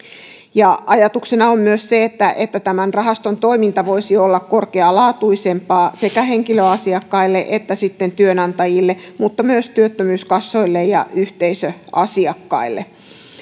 ajatuksena on myös se että että tämän rahaston toiminta voisi olla korkealaatuisempaa sekä henkilöasiakkaille että sitten työnantajille mutta myös työttömyyskassoille ja yhteisöasiakkaille